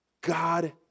God